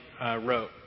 wrote